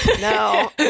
No